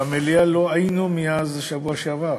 אבל במליאה לא היינו מאז השבוע שעבר.